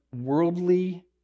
worldly